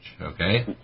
okay